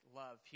love